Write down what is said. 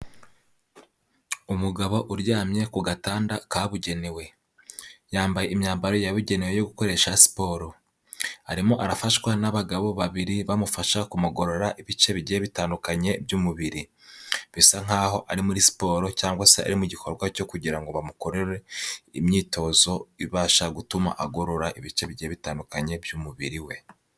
Umugabo uryamye ku gatanda kabugenewe, yambaye imyambaro yabugenewe yo gukoresha siporo, arimo arafashwa n'abagabo babiri bamufasha kumugorora ibice bigiye bitandukanye by'umubiri, bisa nk'aho ari muri siporo cyangwa se ari mu gikorwa cyo kugira ngo bamukorere imyitozo ibasha gutuma agorora ibice bigiye bitandukanye by'umubiri we.